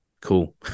cool